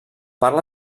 parla